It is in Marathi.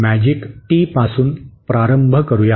तर आपण मॅजिक टीपासून प्रारंभ करूया